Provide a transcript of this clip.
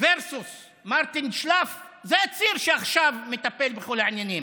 vs מרטין שלאף, זה הציר שעכשיו מטפל בכל העניינים.